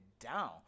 down